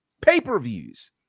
pay-per-views